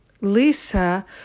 Lisa